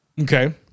Okay